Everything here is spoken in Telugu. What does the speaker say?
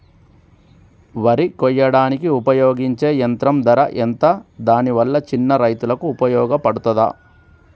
వరి కొయ్యడానికి ఉపయోగించే యంత్రం ధర ఎంత దాని వల్ల చిన్న రైతులకు ఉపయోగపడుతదా?